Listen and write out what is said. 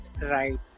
right